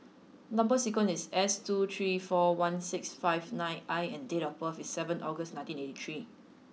number sequence is S two three four one six five nine I and date of birth is seven August nineteen eighty three